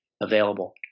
available